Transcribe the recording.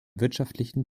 wirtschaftlichen